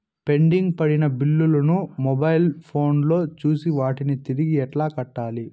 pending పడిన బిల్లులు ను మొబైల్ ఫోను లో చూసి వాటిని తిరిగి ఎలా కట్టాలి